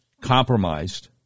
compromised